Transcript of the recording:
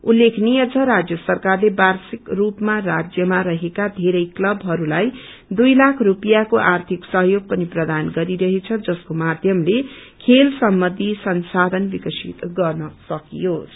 उल्लेखनीय छ राज्य सरकारले वार्षिक रूपमा राज्यमा रहेको वेरै क्लवहस्ताई दुई ताख स्पियाँको आर्षिक सहयोग पनि प्रदान गरिरङेछ जसको माध्यमले खेल सम्बन्धी संसायन विकसित गर्न सकियोस